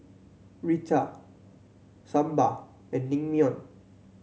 Raita Sambar and Naengmyeon